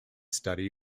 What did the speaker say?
study